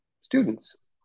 students